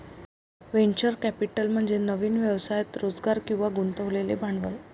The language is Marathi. व्हेंचर कॅपिटल म्हणजे नवीन व्यवसायात रोजगार किंवा गुंतवलेले भांडवल